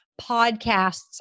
podcasts